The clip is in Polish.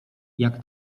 jak